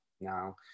no